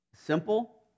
simple